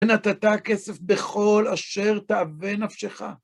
ונתתה כסף בכל אשר תאווה נפשך.